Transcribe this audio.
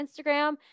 Instagram